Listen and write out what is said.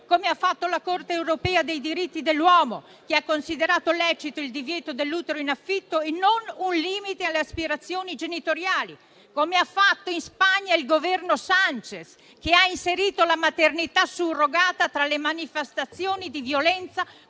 come ha fatto la Corte europea dei diritti dell'uomo, che ha considerato lecito il divieto dell'utero in affitto e non un limite alle aspirazioni genitoriali; come ha fatto in Spagna il Governo Sánchez, che ha inserito la maternità surrogata tra le manifestazioni di violenza